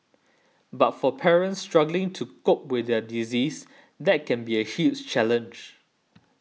but for parents struggling to cope with their disease that can be a huge challenge